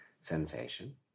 sensation